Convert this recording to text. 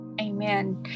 Amen